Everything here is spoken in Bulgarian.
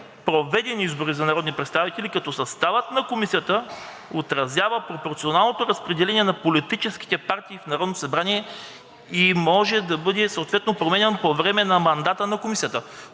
проведени избори за народни представители, като съставът на комисията отразява пропорционалното разпределение на политическите партии в Народното събрание и може да бъде съответно променян по време на мандата на комисията“,